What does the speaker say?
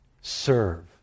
serve